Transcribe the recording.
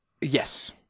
Yes